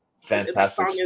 fantastic